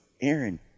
Aaron –